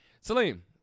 Salim